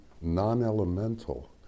non-elemental